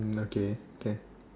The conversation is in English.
okay can